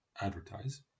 advertise